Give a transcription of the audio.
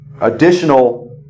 additional